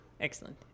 Excellent